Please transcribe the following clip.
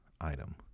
item